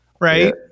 Right